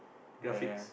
ya fixed